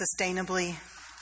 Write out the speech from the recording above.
sustainably